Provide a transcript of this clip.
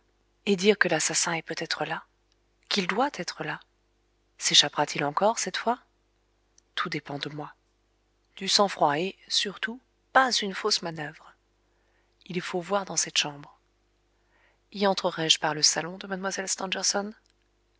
et dire que l'assassin est peut-être là qu'il doit être là séchappera t il encore cette fois tout dépend de moi il faut voir dans cette chambre y entrerai je par le salon de